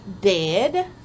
dead